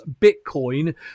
Bitcoin